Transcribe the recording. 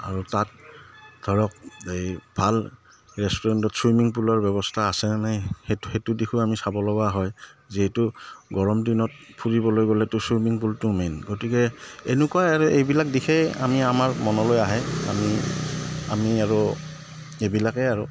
আৰু তাত ধৰক এই ভাল ৰেষ্টুৰেণ্টত চুইমিং পুলৰ ব্যৱস্থা আছে নাই সেইটো সেইটো দিশো আমি চাব লগা হয় যিহেতু গৰম দিনত ফুৰিবলৈ গ'লেতো চুইমিং পুলটো মেইন গতিকে এনেকুৱাই আৰু এইবিলাক দিশেই আমি আমাৰ মনলৈ আহে আমি আমি আৰু এইবিলাকেই আৰু